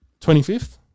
25th